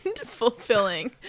fulfilling